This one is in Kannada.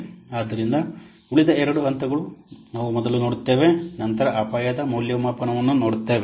ಆದ್ದರಿಂದ ಉಳಿದ ಎರಡು ಹಂತಗಳು ನಾವು ಮೊದಲು ನೋಡುತ್ತೇವೆ ನಂತರ ಅಪಾಯದ ಮೌಲ್ಯಮಾಪನವನ್ನು ನೋಡುತ್ತೇವೆ